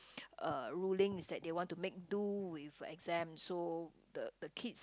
uh ruling is that they want to make do with exam so the the kids